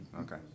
okay